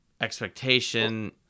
expectation